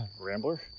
rambler